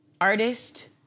artist